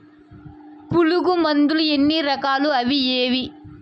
పులుగు మందులు ఎన్ని రకాలు అవి ఏవి?